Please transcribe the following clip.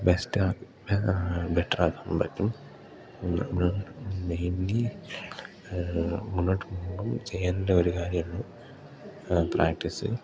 ബെസ്റ്റാ ബെറ്ററാക്കാൻ പറ്റും മെയിൻലി മുന്നോട്ട് പോവുമ്പം ചെയ്യേണ്ട ഒരു കാര്യമേയുള്ളു പ്രാക്ടീസിങ്